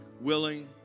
willing